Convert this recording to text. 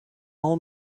all